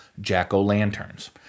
jack-o'-lanterns